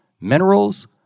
minerals